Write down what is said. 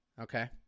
okay